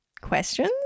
questions